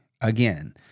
again